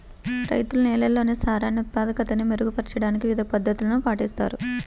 రైతులు నేలల్లోని సారాన్ని ఉత్పాదకతని మెరుగుపరచడానికి వివిధ పద్ధతులను పాటిస్తారు